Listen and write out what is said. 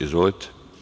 Izvolite.